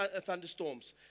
thunderstorms